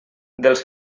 dels